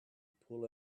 pull